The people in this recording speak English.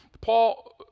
Paul